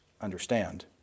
understand